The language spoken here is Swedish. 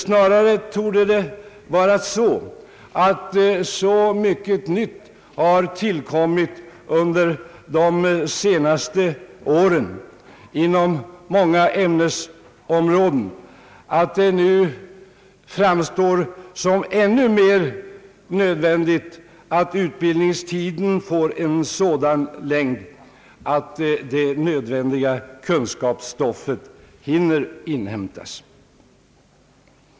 Snarare har så mycket nytt tillkommit under de senaste åren inom många ämnesområden att det nu synes ännu mer nödvändigt att utbildningstiden får en sådan längd att nödvändiga kunskaper kan inhämtas.